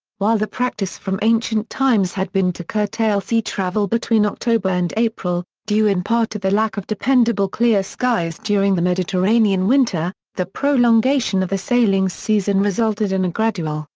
while the practice from ancient times had been to curtail sea travel between october and april, due in part to the lack of dependable clear skies during the mediterranean winter, the prolongation of the sailing season resulted in a gradual,